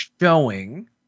showing